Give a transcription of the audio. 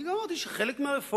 אני גם אמרתי שחלק מהרפורמות,